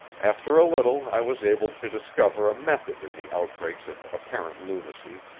after a little i was able to discover a method in the outbreaks of apparent lunacy,